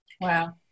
Wow